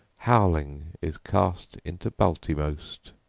howling, is cast into baltimost!